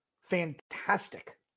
fantastic